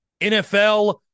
NFL